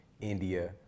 India